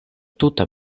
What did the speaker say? tuta